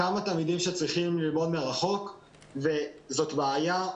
כמה תלמידים שצריכים ללמוד מרחוק וזאת בעיה.